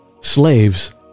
slaves